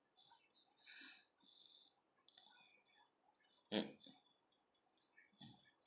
mm